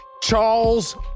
Charles